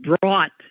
brought